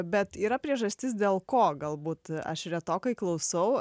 bet yra priežastis dėl ko galbūt aš retokai klausau